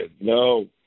No